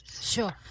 Sure